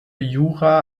jura